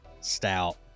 stout